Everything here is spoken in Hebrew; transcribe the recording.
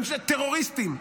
טרוריסטים.